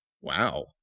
Wow